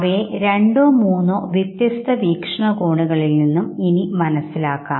അവയെ രണ്ടോ മൂന്നോ വ്യത്യസ്ത വീക്ഷണകോണുകളിൽ നിന്നും ഇനി മനസ്സിലാക്കാം